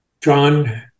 John